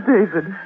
David